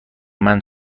مند